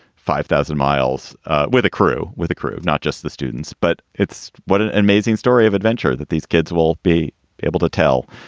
five thousand miles with a crew, with a crew. not just the students, but it's an amazing story of adventure that these kids will be able to tell.